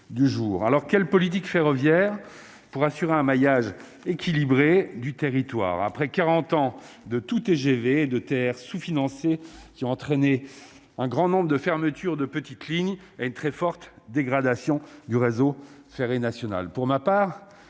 alors quelle politique ferroviaire pour assurer un maillage équilibré du territoire après 40 ans de tout TGV de terre sous-qui ont entraîné un grand nombre de fermetures de petites lignes et une très forte dégradation du réseau ferré national,